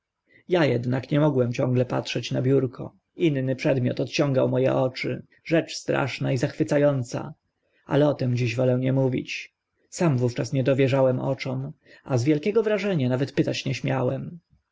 ja ednak nie mogłem ciągle patrzeć na biurko inny przedmiot odciągał mo e oczy rzecz straszna i zachwyca ąca ale o tym dziś wolę nie mówić sam wówczas nie dowierzałem oczom a z wielkiego wrażenia nawet pytać nie śmiałem